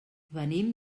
venim